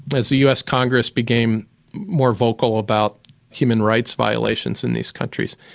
as the us congress became more vocal about human rights violations in these countries,